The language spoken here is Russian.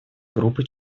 группы